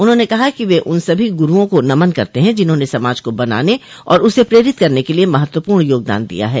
उन्होंने कहा कि वे उन सभी गुरूओं को नमन करते हैं जिन्होंने समाज को बनाने और उसे प्रेरित करने के लिए महत्वपूर्ण योगदान दिया है